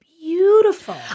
beautiful